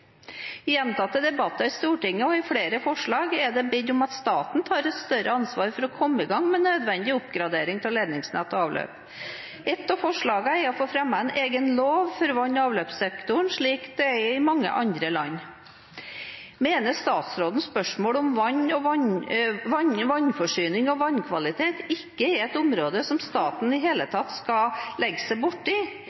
I gjentatte debatter i Stortinget og i flere forslag er det bedt om at staten tar et større ansvar for å komme i gang med nødvendig oppgradering av ledningsnett og avløp. Et av forslagene er å få fremmet en egen lov for vann- og avløpssektoren, slik det er i mange andre land. Mener statsråden spørsmålet om vannforsyning og vannkvalitet er et område som staten ikke i det hele